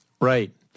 Right